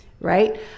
right